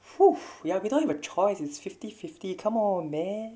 food we are we don't have a choice it's fifty fifty come on man